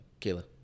Kayla